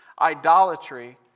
idolatry